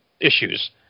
Issues